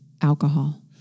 alcohol